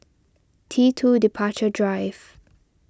T two Departure Drive